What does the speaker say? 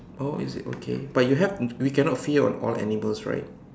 oh is it okay but you have we cannot fear on all animals right